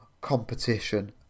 competition